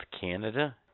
Canada